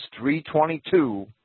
3.22